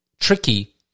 tricky